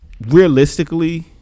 realistically